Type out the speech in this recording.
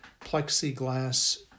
plexiglass